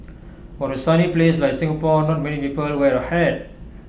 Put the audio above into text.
for A sunny place like Singapore not many people wear A hat